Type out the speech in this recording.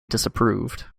disapproved